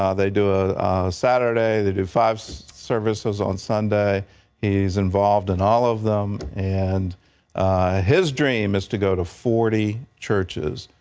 ah they do a saturday, and they do five services on sunday. he is involved in all of them. and his dream is to go to forty churches,